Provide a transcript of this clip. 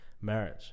marriage